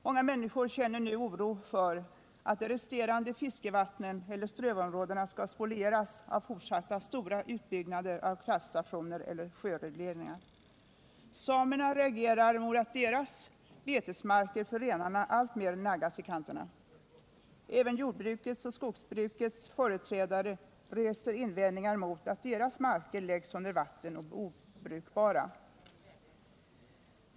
Många människor känner nu oro för att de resterande fiskevattnen eller strövområdena skall spolieras av fortsatta stora utbyggnader av kraftstationer eller sjöregleringar. Samerna reagerar mot att deras betesmarker för renarna alltmer naggas i kanterna. Även jordbrukets och skogsbrukets företrädare reser invändningar mot att deras marker läggs under vatten och blir obrukbara.